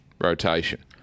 rotation